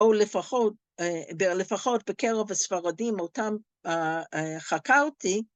‫או לפחות בקרב הספרדים, ‫אותם חקרתי.